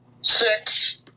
six